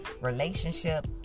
relationship